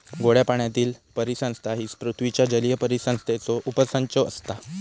गोड्या पाण्यातीली परिसंस्था ही पृथ्वीच्या जलीय परिसंस्थेचो उपसंच असता